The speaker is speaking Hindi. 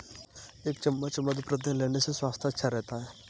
एक चम्मच मधु प्रतिदिन लेने से स्वास्थ्य अच्छा रहता है